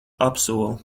apsolu